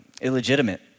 illegitimate